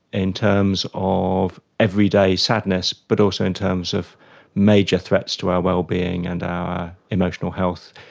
in terms of everyday sadness but also in terms of major threats to our well-being and our emotional health,